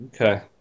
Okay